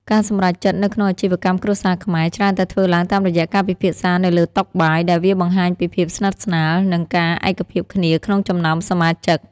ការសម្រេចចិត្តនៅក្នុងអាជីវកម្មគ្រួសារខ្មែរ ច្រើនតែធ្វើឡើងតាមរយៈការពិភាក្សានៅលើតុបាយ ដែលវាបង្ហាញពីភាពស្និទ្ធស្នាល និងការឯកភាពគ្នាក្នុងចំណោមសមាជិក។